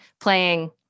playing